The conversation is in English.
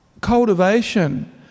cultivation